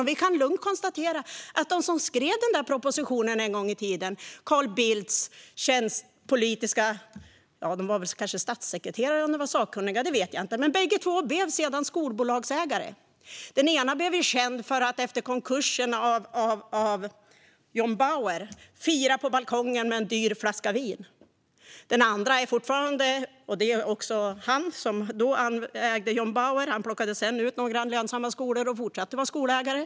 Vi kan också lugnt konstatera att båda de som en gång i tiden skrev den där propositionen, Carl Bildts tjänstemän - om de var statssekreterare eller sakkunniga vet jag inte - sedan blev skolbolagsägare. Den ena blev känd för att efter konkursen av John Bauer fira med en dyr flaska vin på balkongen. Han plockade sedan ut några lönsamma skolor och fortsatte att vara skolägare.